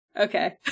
Okay